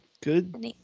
Good